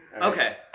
Okay